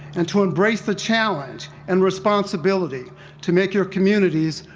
and to embrace the challenge, and responsibility to make your communities,